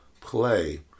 play